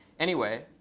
anyway,